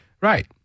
Right